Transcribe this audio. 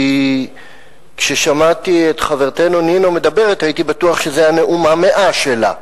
כי כששמעתי את חברתנו נינו מדברת הייתי בטוח שזה היה הנאום ה-100 שלה,